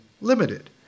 Limited